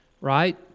Right